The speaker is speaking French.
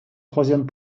troisièmes